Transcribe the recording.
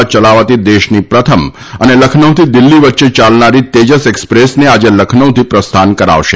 યલાવાતી દેશની પ્રથમ અને લખનૌથી દિલ્ફી વચ્ચે યાલનારી તેજસ એક્સપ્રેસને આજે લખનૌથી પ્રસ્થાન કરાવશે